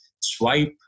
swipe